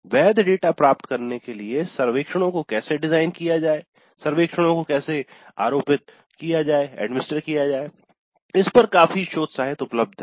वैध डेटा प्राप्त करने के लिए सर्वेक्षणों को कैसे डिजाइन किया जाए सर्वेक्षणों को कैसे आरोपित किया जाए इस पर काफी शोध साहित्य उपलब्ध है